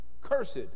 cursed